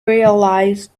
realised